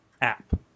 app